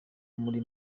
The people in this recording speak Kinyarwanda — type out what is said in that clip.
muri